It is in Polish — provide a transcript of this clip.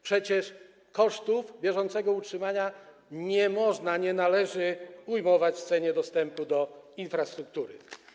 Przecież kosztów bieżącego utrzymania nie można, nie należy ujmować w cenie dostępu do infrastruktury.